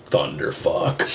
thunderfuck